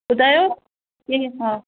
ॿुधायो कीअं हा